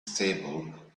stable